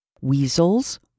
Weasels